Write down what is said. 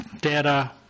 data